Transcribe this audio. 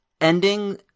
ending